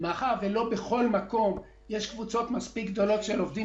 מאחר שלא בכל מקום יש קבוצות מספיק גדולות של עובדים